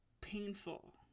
painful